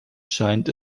scheint